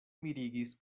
mirigis